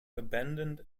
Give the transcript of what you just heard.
abandoned